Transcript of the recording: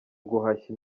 guhashya